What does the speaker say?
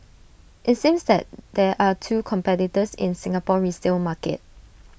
IT seems that there are two competitors in Singapore resale market